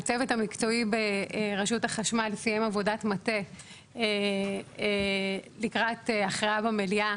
הצוות המקצועי ברשות החשמל סיים עבודת מטה לקראת הכרעה במליאה